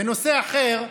בנושא אחר,